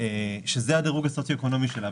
שזה הדירוג הסוציו-אקונומי שלה,